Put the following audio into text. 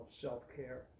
self-care